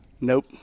Nope